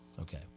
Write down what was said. Okay